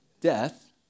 death